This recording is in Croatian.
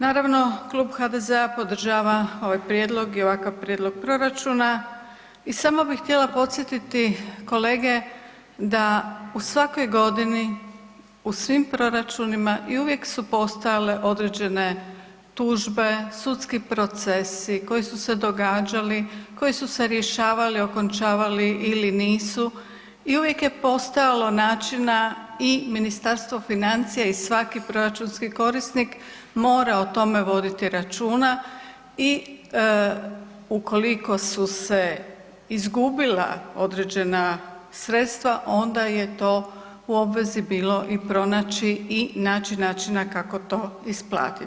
Naravno, klub HDZ-a podržava ovakav prijedlog i ovakav prijedlog proračuna i samo bih htjela podsjetiti kolege da u svakoj godini u svim proračunima i uvijek su postojale određene tužbe, sudski procesi koji su se događali, koji su se rješavali, okončavali ili nisu i uvijek je postojalo načina i Ministarstvo financija i svaki proračunski korisnik mora o tome voditi računa i ukoliko su se izgubila određena sredstva onda je to u obvezi bilo i pronaći i naći načina kako to isplatiti.